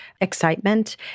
excitement